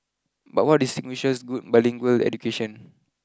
but what distinguishes good bilingual education